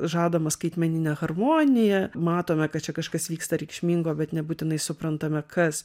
žadama skaitmeninė harmonija matome kad čia kažkas vyksta reikšmingo bet nebūtinai suprantame kas